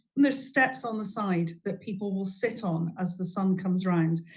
there's steps on the side that people will sit on as the sun comes around,